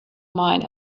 mine